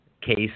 case